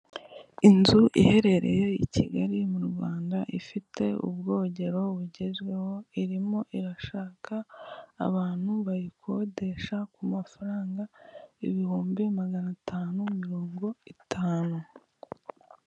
Inzu iherereye i Kigali, mu Rwanda ifite ubwogero bugezweho, irimo irashaka abantu bayikodesha ku mafaranga ibihumbi magana atanu mirongo itanu.